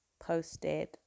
posted